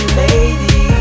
lady